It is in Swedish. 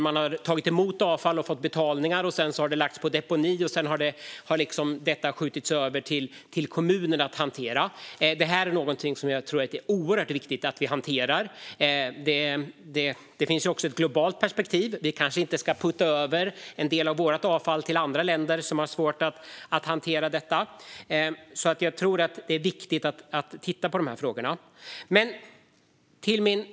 Man har tagit emot avfall, tagit betalt, och sedan har avfallet lagts på deponi. Men sedan har det skjutits över till kommunen att hantera avfallet. Det är oerhört viktigt att detta hanteras. Det finns också ett globalt perspektiv. Vi kanske inte ska putta över en del av vårt avfall till andra länder, som har svårt att hantera detta. Det är därför viktigt att titta på frågorna.